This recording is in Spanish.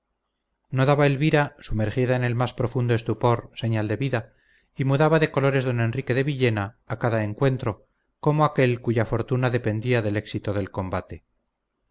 daba elvira sumergida en el más profundo estupor señal de vida y mudaba de colores don enrique de villena a cada encuentro como aquél cuya fortuna dependía del éxito del combate